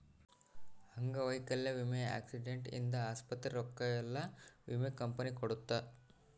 ಅಂಗವೈಕಲ್ಯ ವಿಮೆ ಆಕ್ಸಿಡೆಂಟ್ ಇಂದ ಆಸ್ಪತ್ರೆ ರೊಕ್ಕ ಯೆಲ್ಲ ವಿಮೆ ಕಂಪನಿ ಕೊಡುತ್ತ